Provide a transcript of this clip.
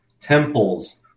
temples